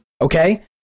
Okay